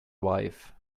wife